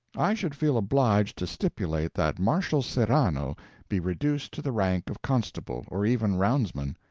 i should feel obliged to stipulate that marshal serrano be reduced to the rank of constable, or even roundsman.